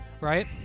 Right